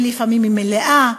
ולפעמים היא מלאה,